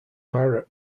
barrett